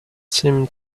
seemed